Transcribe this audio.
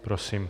Prosím.